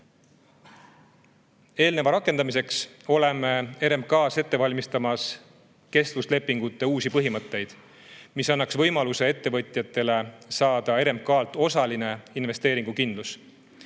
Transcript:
Eelneva rakendamiseks oleme RMK‑s ette valmistamas kestvuslepingute uusi põhimõtteid, mis annaks ettevõtjatele võimaluse saada RMK‑lt osaline investeeringukindlus.